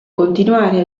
continuare